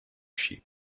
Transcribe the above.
sheep